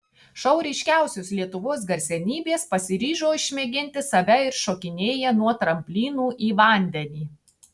šou ryškiausios lietuvos garsenybės pasiryžo išmėginti save ir šokinėja nuo tramplinų į vandenį